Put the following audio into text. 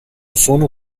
sono